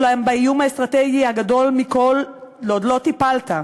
אולם באיום האסטרטגי הגדול מכול עוד לא טיפלת.